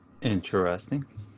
Interesting